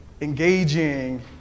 engaging